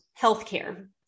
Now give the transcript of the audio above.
healthcare